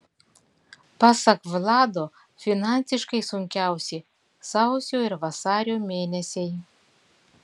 pasak vlado finansiškai sunkiausi sausio ir vasario mėnesiai